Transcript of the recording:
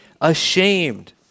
ashamed